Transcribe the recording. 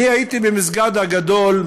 הייתי במסגד הגדול,